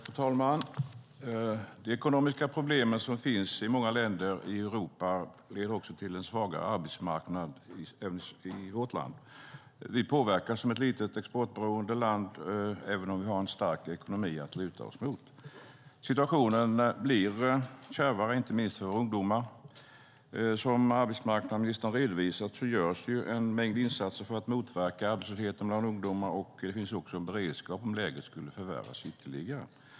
Fru talman! De ekonomiska problem som finns i många länder i Europa leder till en svagare arbetsmarknad också i vårt land. Vi påverkas som ett litet, exportberoende land även om vi har en stark ekonomi att luta oss mot. Situationen blir kärvare, inte minst för ungdomar. Som arbetsmarknadsministern har redovisat görs en mängd insatser för att motverka arbetslösheten bland ungdomar. Det finns också en beredskap om läget skulle förvärras ytterligare.